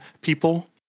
people